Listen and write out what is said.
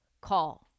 call